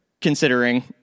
considering